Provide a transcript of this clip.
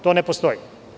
To ne postoji.